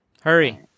Hurry